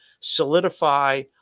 solidify